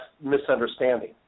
misunderstanding